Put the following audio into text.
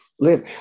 live